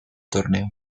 torneo